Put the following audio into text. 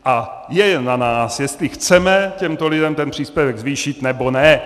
A je jen na nás, jestli chceme těmto lidem ten příspěvek zvýšit, nebo ne.